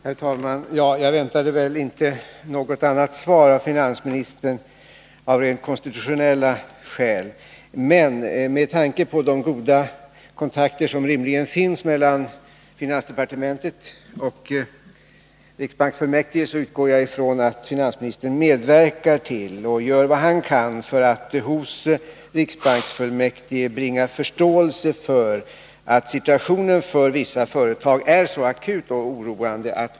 Herr talman! Jag väntade väl inte något annat svar av finansministern, av rent konstitutionella skäl. Men med tanke på de goda kontakter som rimligen finns mellan finansdepartementet och riksbanksfullmäktige utgår jag från att finansministern medverkar till och gör vad han kan för att hos riksbanksfullmäktige skapa förståelse för att situationen för vissa företag är mycket akut och oroande.